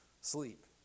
sleep